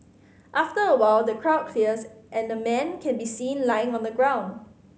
after a while the crowd clears and a man can be seen lying on the ground